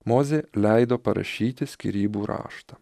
mozė leido parašyti skyrybų raštą